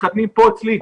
מתחתנים פה אצלי.